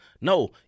No